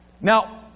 Now